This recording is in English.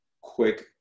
quick